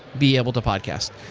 be able to podcast.